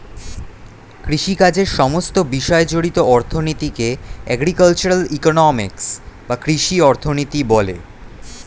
কৃষিকাজের সমস্ত বিষয় জড়িত অর্থনীতিকে এগ্রিকালচারাল ইকোনমিক্স বা কৃষি অর্থনীতি বলে